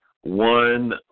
one